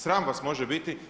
Sram vas može biti.